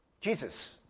Jesus